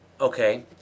okay